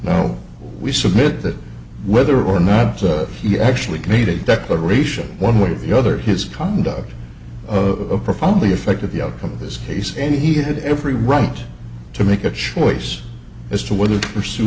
now we submit that whether or not he actually made a declaration one way or the other his conduct of profoundly affected the outcome of this case and he had every right to make a choice as to whether to pursue